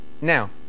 Now